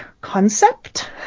concept